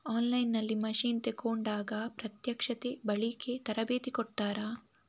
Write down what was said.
On line ನಲ್ಲಿ machine ತೆಕೋಂಡಾಗ ಪ್ರತ್ಯಕ್ಷತೆ, ಬಳಿಕೆ, ತರಬೇತಿ ಕೊಡ್ತಾರ?